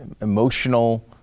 emotional